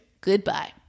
Goodbye